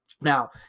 now